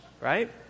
right